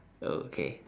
okay